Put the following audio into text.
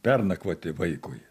pernakvoti vaikui